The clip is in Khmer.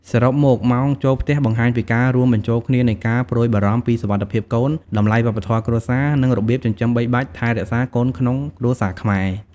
សរុបមកម៉ោងចូលផ្ទះបង្ហាញពីការរួមបញ្ចូលគ្នានៃការព្រួយបារម្ភពីសុវត្ថិភាពកូន តម្លៃវប្បធម៌គ្រួសារ និងរបៀបចិញ្ចឹមបីបាច់ថែរក្សាកូនក្នុងគ្រួសារខ្មែរ។